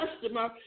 customer